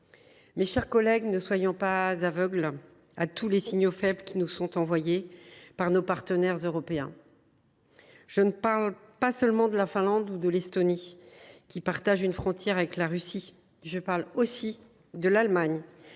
Mes chers collègues, ne soyons pas aveugles à tous les signaux faibles qui nous sont adressés par nos partenaires européens. Je ne parle pas seulement de la Finlande ou de l’Estonie, qui partagent une frontière avec la Russie, mais aussi de l’Allemagne,